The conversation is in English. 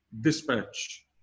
dispatch